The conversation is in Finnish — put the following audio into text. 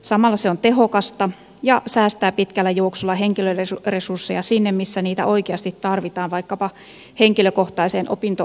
samalla se on tehokasta ja säästää pitkällä juoksulla henkilöresursseja sinne missä niitä oikeasti tarvitaan vaikkapa henkilökohtaiseen opinto ohjaukseen